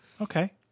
Okay